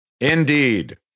Indeed